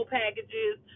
packages